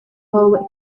holloway